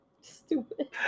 Stupid